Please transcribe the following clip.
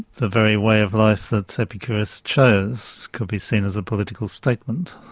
the very way of life that epicurus chose could be seen as a political statement,